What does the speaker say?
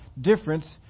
difference